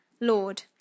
Lord